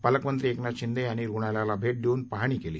पालकमंत्री एकनाथ शिंदे यांनी रुग्णालयाला भेट देऊन पाहणी केली